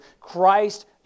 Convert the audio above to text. Christ